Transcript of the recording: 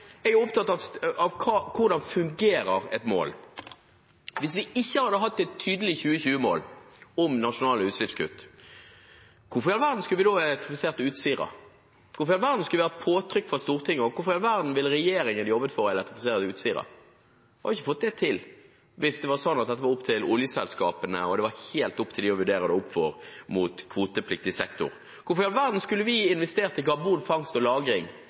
jeg er opptatt av hvordan et mål fungerer. Hvis vi ikke hadde hatt et tydelig 2020-mål om nasjonale utslippskutt, hvorfor i all verden skulle vi da elektrifisert Utsira? Hvorfor i all verden skulle vi hatt påtrykk fra Stortinget, og hvorfor i all verden ville regjeringen jobbet for å elektrifisere Utsira? Vi hadde ikke fått det til hvis det var sånn at dette var opp til oljeselskapene, og det var helt opp til dem å vurdere det opp mot kvotepliktig sektor. Hvorfor i all verden skulle vi investert i karbonfangst og